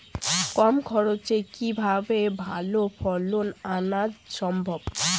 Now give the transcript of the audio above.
কম খরচে কিভাবে ভালো ফলন আনা সম্ভব?